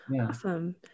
Awesome